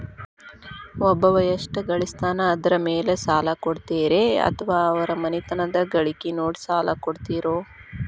ಒಬ್ಬವ ಎಷ್ಟ ಗಳಿಸ್ತಾನ ಅದರ ಮೇಲೆ ಸಾಲ ಕೊಡ್ತೇರಿ ಅಥವಾ ಅವರ ಮನಿತನದ ಗಳಿಕಿ ನೋಡಿ ಸಾಲ ಕೊಡ್ತಿರೋ?